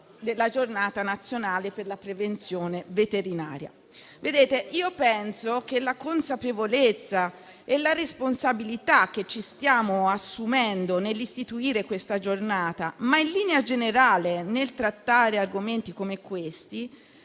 della Giornata nazionale per la prevenzione veterinaria. Penso che la consapevolezza e la responsabilità che ci stiamo assumendo nell'istituire questa giornata, ma in linea generale nel trattare argomenti come questi,